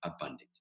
abundant